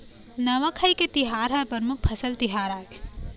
नवाखाई के तिहार ह परमुख फसल तिहार आय